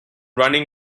running